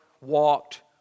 walked